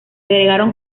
agregaron